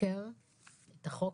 עיקר את החוק